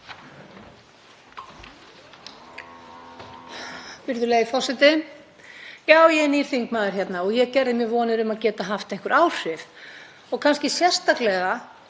Virðulegi forseti. Já, ég er nýr þingmaður hérna og ég gerði mér vonir um að geta haft einhver áhrif og kannski sérstaklega